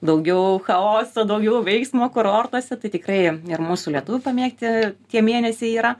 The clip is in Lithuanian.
daugiau chaoso daugiau veiksmo kurortuose tai tikrai ir mūsų lietuvių pamėgti tie mėnesiai yra